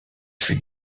fut